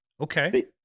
Okay